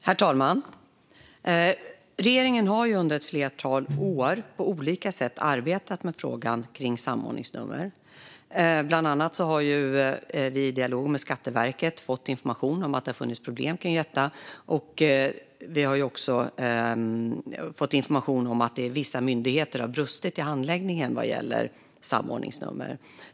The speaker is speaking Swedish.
Herr talman! Regeringen har under ett flertal år på olika sätt arbetat med frågan om samordningsnummer. Bland annat har vi i dialog med Skatteverket fått information om att det har funnits problem med detta. Vi har också fått information om att det i vissa myndigheter har brustit i handläggningen vad gäller samordningsnummer.